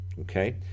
okay